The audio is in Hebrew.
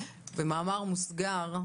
במאמר מוסגר,